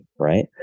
Right